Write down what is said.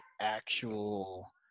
actual